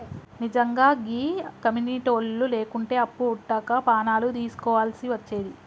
నిజ్జంగా గీ కమ్యునిటోళ్లు లేకుంటే అప్పు వుట్టక పానాలు దీస్కోవల్సి వచ్చేది